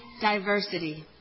diversity